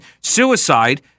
suicide